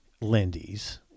lindy's